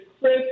Chris